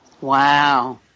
Wow